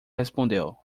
respondeu